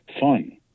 Fun